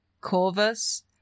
Corvus